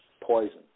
poison